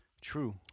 True